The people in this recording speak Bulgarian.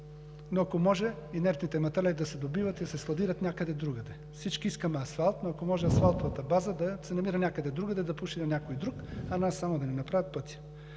но ако може инертните материали да се добиват и да се складират някъде другаде! Всички искаме асфалт, но ако може асфалтовата база да се намира някъде другаде, да пуши на някой друг, а на нас само да ни направят пътя.